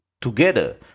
Together